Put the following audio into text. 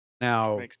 Now